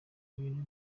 ibintu